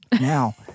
now